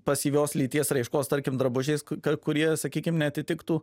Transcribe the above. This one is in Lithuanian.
pasyvios lyties raiškos tarkim drabužiais ka kurie sakykim neatitiktų